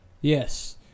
Yes